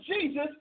Jesus